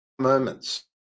moments